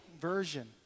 version